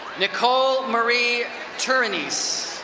nicole marie turnies.